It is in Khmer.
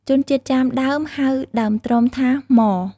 ជនជាតិចាមដើម ហៅដើមត្រុំថា ម៉។